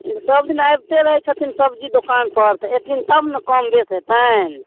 सबदिन आबिते रहै छथिन सब्जी दोकानपर तऽ अएथिन तब ने कम बेस हेतनि